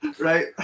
Right